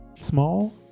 small